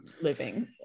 living